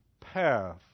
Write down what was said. path